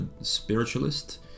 spiritualist